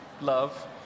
love